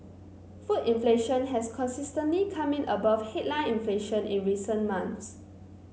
food inflation has consistently come in above headline inflation in recent months